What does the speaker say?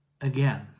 again